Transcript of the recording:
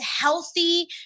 healthy